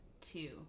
two